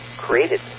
created